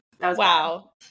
Wow